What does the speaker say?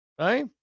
Right